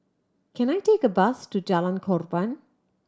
can I take a bus to Jalan Korban